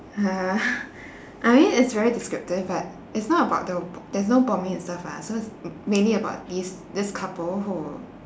uh I mean it's very descriptive but it's not about the b~ there's no bombing and stuff lah so it's m~ mainly about these this couple who